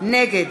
נגד